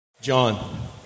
John